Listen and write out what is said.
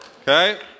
okay